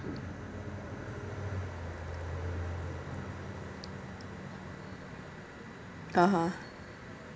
(uh huh)